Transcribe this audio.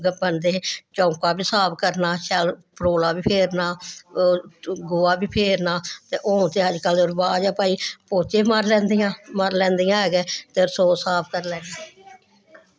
उ'ऐ बन्नदे हे ते चौंका बी साफ करना शैल परोला बी फेरना ते गोहा बी फेरना ते हून ते अजकल्ल रवाज ऐ भई पोचै मारी लैंदियां मारी लैंदियां ऐ गै ते रसोऽ साफ करी लैनी